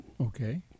Okay